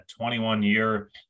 21-year